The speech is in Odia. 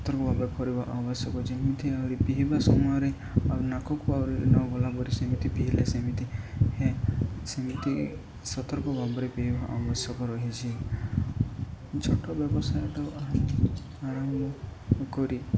ସତର୍କ ଭାବେ କରିବା ଆବଶ୍ୟକ ଯେମିତି ଆହୁରି ପିଇବା ସମୟରେ ଆଉ ନାକକୁ ଆହୁରି ନ ଗଲାପରି ସିମିତି ପିଇଲେ ସେମିତି ହେ ସେମିତି ସତର୍କ ଭାବରେ ପିଇବା ଆବଶ୍ୟକ ରହିଛି ଛୋଟ ବ୍ୟବସାୟଟା ଆମେ ଆରମ୍ଭ କରି